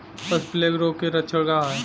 पशु प्लेग रोग के लक्षण का ह?